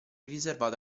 riservato